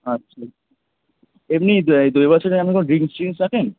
আচ্ছা এমনি দই বড়ার সাথে আর কোনো কোনো ড্রিঙ্কস ট্রিঙ্কস রাখেন